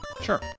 Sure